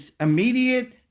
immediate